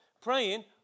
praying